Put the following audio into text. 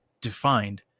defined